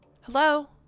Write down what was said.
Hello